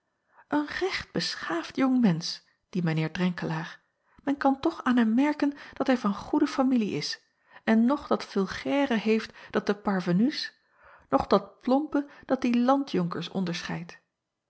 een recht beschaafd jong mensch die mijn eer renkelaer en kan toch aan hem merken dat hij van goede familie is en noch dat vulgaire heeft dat de parvenus noch dat plompe dat die landjonkers onderscheidt